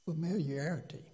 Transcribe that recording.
familiarity